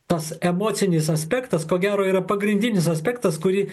tas emocinis aspektas ko gero yra pagrindinis aspektas kurį